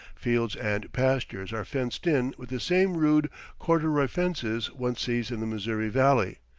fields and pastures are fenced in with the same rude corduroy-fences one sees in the missouri valley,